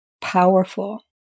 powerful